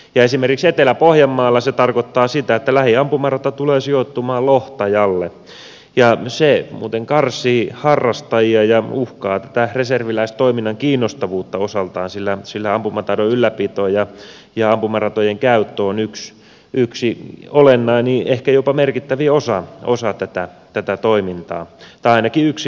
esimerkiksi etelä pohjanmaalla se tarkoittaa sitä että lähin ampumarata tulee sijoittumaan lohtajalle ja se muuten karsii harrastajia ja uhkaa tätä reserviläistoiminnan kiinnostavuutta osaltaan sillä ampumataidon ylläpito ja ampumaratojen käyttö on yksi olennainen ehkä jopa merkittävin osa tätä toimintaa tai ainakin yksi merkittävimmistä